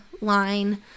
line